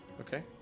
Okay